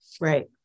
Right